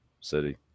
city